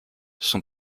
son